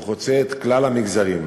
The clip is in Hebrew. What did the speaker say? והוא חוצה את כלל המגזרים,